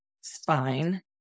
spine